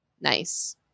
Nice